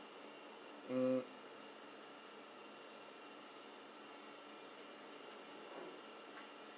um